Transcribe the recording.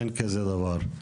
אין כזה דבר.